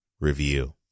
review